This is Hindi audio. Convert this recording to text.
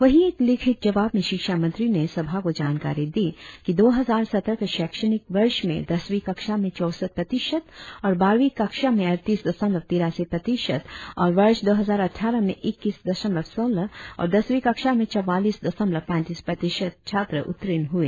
वही एक लिखित जवाब में शिक्षा मंत्री ने सभा को जानकारी दी कि दो हजार सत्रह के शैक्षणिक वर्ष में दसवी कक्षा में चौसठ प्रतिशत और बारहवीं कक्षा में अड़तीस दशमलव तिरासी प्रतिशत और वर्ष दो हजार अट़ठारह में इक्कीस दशमलव सोलह और दसवी कक्षा में चौवालीस दशमलव पैंतीस प्रतिशत छात्र उत्तीर्ण हुए